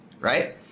right